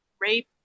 rape